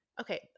Okay